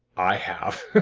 i have.